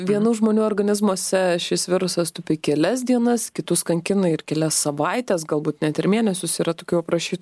vienų žmonių organizmuose šis virusas tupi kelias dienas kitus kankina ir kelias savaites galbūt net ir mėnesius yra tokių aprašytų